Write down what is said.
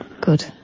Good